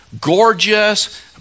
gorgeous